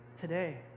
today